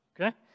Okay